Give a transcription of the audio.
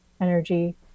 energy